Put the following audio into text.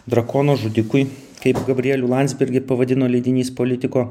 drakono žudikui kaip gabrielių landsbergį pavadino leidinys politiko